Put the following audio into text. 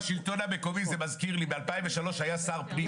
השלטון המקומי, זה מזכיר לי, ב-2003 היה שר פנים